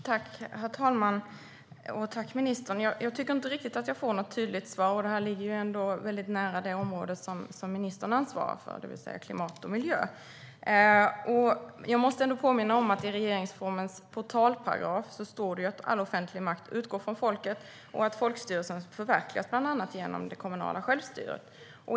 Herr talman! Tack, ministern! Men jag tycker inte riktigt att jag får något tydligt svar, och detta ligger ändå nära det område som ministern ansvarar för, det vill säga klimat och miljö. Jag måste påminna om att det i regeringsformens portalparagraf står att all offentlig makt i Sverige utgår från folket och att folkstyrelsen förverkligas bland annat genom det kommunala självstyret.